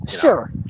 Sure